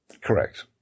correct